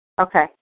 Okay